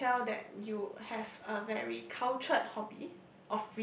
yes I can tell that you have a very cultured hobby